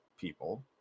people